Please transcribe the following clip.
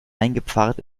eingepfarrt